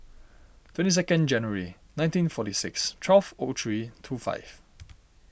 twenty second January nineteen forty six twelve O three two five